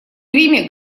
гриме